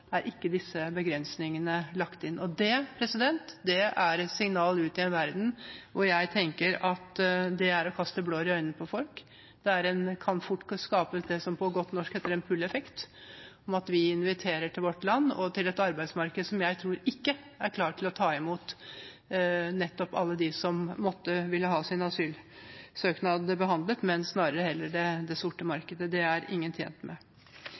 er ikke disse begrensningene lagt inn. Det er et signal ut til verden som jeg tenker er å kaste blår i øynene på folk. Det kan fort skape det som på godt norsk heter en «pull»-effekt, at vi inviterer til vårt land og til et arbeidsmarked som jeg tror ikke er klar til å ta imot alle dem som vil måtte ha sin asylsøknad behandlet – men snarere heller til det sorte markedet. Det er ingen tjent med.